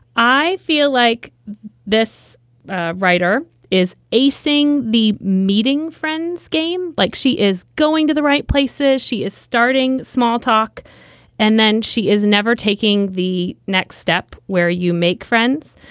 i feel like this ah writer is acing the meeting friends game like she is going to the right places, she is starting small talk and then she is never taking the next step where you make friends.